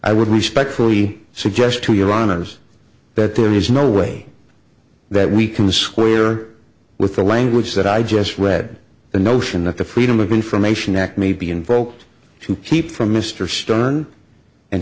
i would respectfully suggest to your honor's that there is no way that we can square with the language that i just read the notion that the freedom of information act may be invoked to keep from mr stern and